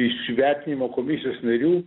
iš vertinimo komisijos narių